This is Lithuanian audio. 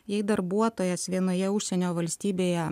jei darbuotojas vienoje užsienio valstybėje